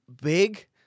big